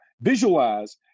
visualize